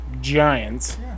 giants